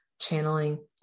channeling